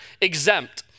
exempt